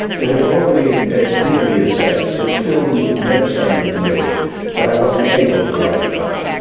that had already given me the sense that film meant something to me that i wasn't able to write about